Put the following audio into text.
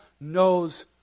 Knows